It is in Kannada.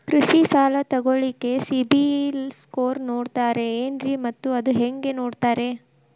ಕೃಷಿ ಸಾಲ ತಗೋಳಿಕ್ಕೆ ಸಿಬಿಲ್ ಸ್ಕೋರ್ ನೋಡ್ತಾರೆ ಏನ್ರಿ ಮತ್ತ ಅದು ಹೆಂಗೆ ನೋಡ್ತಾರೇ?